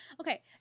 okay